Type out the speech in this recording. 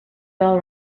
bell